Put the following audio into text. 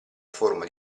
forma